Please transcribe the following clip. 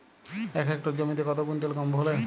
এক হেক্টর জমিতে কত কুইন্টাল গম ফলে?